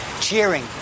cheering